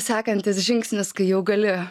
sekantis žingsnis kai jau gali